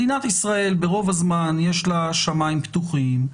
מדינת ישראל, רוב הזמן יש לה שמיים פתוחים,